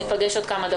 הישיבה